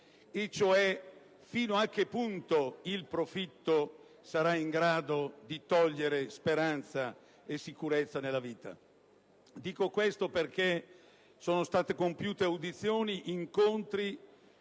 Gruppo: fino a che punto il profitto sarà in grado di togliere speranza e sicurezza nella vita? Dico questo perché sono state compiute audizioni, incontri